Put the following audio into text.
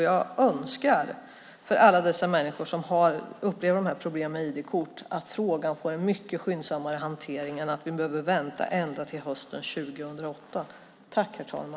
Jag önskar för alla de människor som upplever problem med ID-kort att frågan får en mycket skyndsammare hantering och att vi slipper vänta ända till hösten 2008.